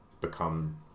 become